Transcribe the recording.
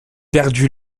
perdu